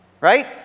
right